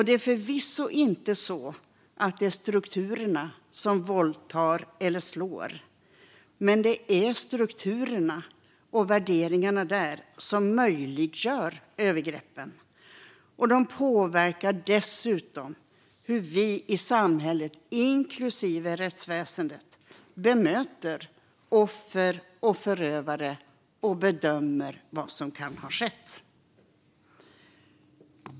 Det är förvisso inte strukturerna som våldtar eller slår, men det är strukturerna och värderingarna där som möjliggör övergreppen. De påverkar dessutom hur vi i samhället, inklusive rättsväsendet, bemöter offer och förövare och bedömer vad som kan ha skett.